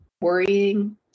worrying